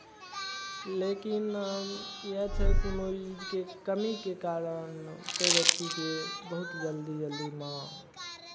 लेकिन इएह छै कोनो चीजके कमीके कारण कोइ व्यक्तिकेँ बहुत जल्दी जल्दीमे